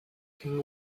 king